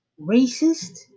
racist